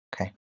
okay